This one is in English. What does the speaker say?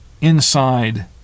inside